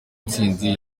ntsinzi